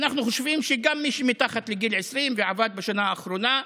אנחנו חושבים שגם מי שמתחת לגיל 20 ועבד בשנה האחרונה,